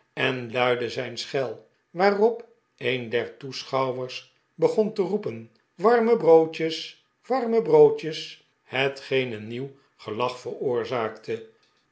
en luidde zijn schel waarop een der toeschouwers begon te roepen warme broodjes warme broodjes hetgeen een nieuw gelach veroorzaakte